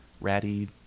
ratty